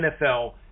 NFL